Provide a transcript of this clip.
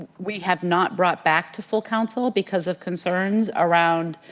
we have not brought back to full counsel because of concerns around